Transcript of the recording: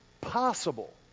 possible